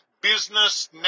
business